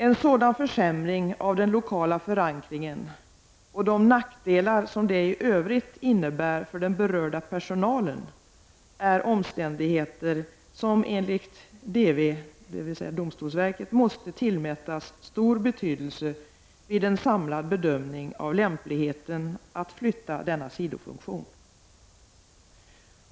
En sådan försämring av den lokala förankringen och de nackdelar som det i övrigt innebär för den berörda personalen är omständigheter som enligt DV måste tillmätas stor betydelse vid en samlad bedömning av lämpligheten att flytta denna sidofunktion.